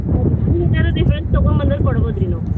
ಹೌದು ಮ್ಯಾಮ್ ಏನಾದ್ರು ರೆಫರೆನ್ಸ್ ತಗೊಂಡ್ ಬಂದರೆ ಕೊಡ್ಬೋದು ರೀ ನಾವು